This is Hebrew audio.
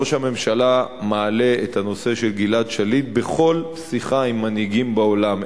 ראש הממשלה מעלה את הנושא של גלעד שליט בכל שיחה עם מנהיגים בעולם.